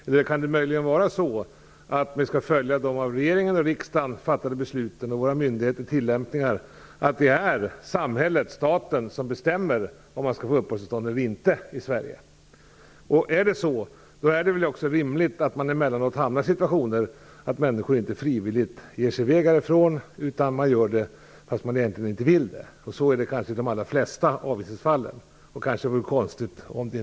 Eller kan det möjligen vara så att vi skall följa de av regeringen och riksdagen fattade besluten och våra myndigheters tillämpningar, nämligen att det är samhället, staten, som skall bestämma om ifall man skall få uppehållstillstånd i Sverige? I så fall är det väl rimligt att man emellanåt hamnar i situationer där människor inte frivilligt ger sig av härifrån. Så är det kanske i de allra flesta avvisningsfallen. Det vore konstigt annars.